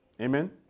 Amen